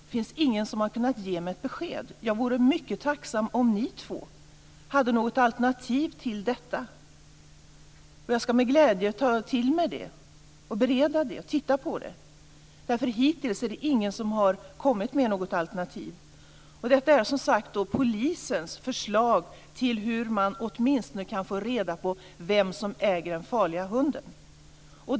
Det finns ingen som har kunnat ge mig ett besked. Jag vore mycket tacksam om ni två hade något alternativ till detta. Jag ska med glädje ta till mig det, bereda det och titta på det. Hittills är det ingen som har kommit med något alternativ. Detta är polisens förslag till hur man ska få reda på vem som äger den farliga hunden.